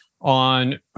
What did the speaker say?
on